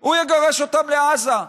הוא יגרש אותם לעזה.